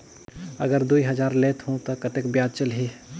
अगर दुई हजार लेत हो ता कतेक ब्याज चलही?